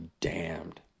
damned